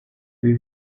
ibi